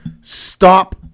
stop